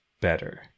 better